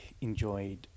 enjoyed